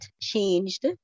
changed